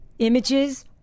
Images